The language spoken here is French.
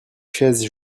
chaises